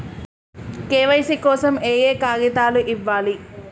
KYC కోసం ఏయే కాగితాలు ఇవ్వాలి?